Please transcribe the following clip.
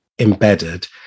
embedded